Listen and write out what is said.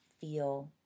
feel